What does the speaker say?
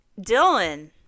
Dylan